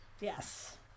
Yes